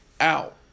out